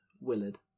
Willard